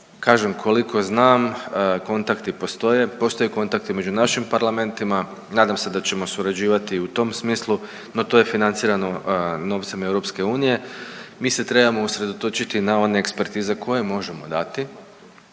koliko znam kontakti postoje. Postoje kontakti među našim parlamentima. Nadam se da ćemo surađivati i u tom smislu no to je financirano novcem Europske unije. Mi se trebamo usredotočiti na one ekspertize koje možemo dati,